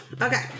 okay